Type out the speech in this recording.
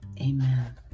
Amen